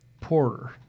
Porter